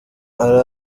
ari